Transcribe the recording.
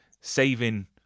saving